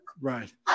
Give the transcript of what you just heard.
Right